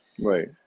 Right